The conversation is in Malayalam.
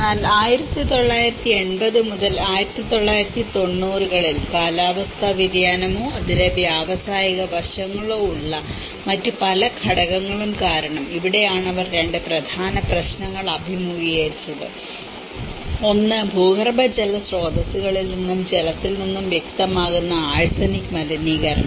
എന്നാൽ 1980 മുതൽ 1990 കളിൽ കാലാവസ്ഥാ വ്യതിയാനമോ അതിന്റെ വ്യാവസായിക വശങ്ങളോ ഉള്ള മറ്റ് പല ഘടകങ്ങളും കാരണം ഇവിടെയാണ് അവർ 2 പ്രധാന പ്രശ്നങ്ങൾ അഭിമുഖീകരിച്ചത് ഒന്ന് ഭൂഗർഭജല സ്രോതസ്സുകളിൽ നിന്നും ജലത്തിൽ നിന്നും വ്യക്തമാകുന്ന ആഴ്സനിക് മലിനീകരണം